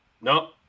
No